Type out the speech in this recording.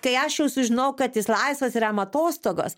kai aš jau sužinojau kad jis laisvas ir jam atostogos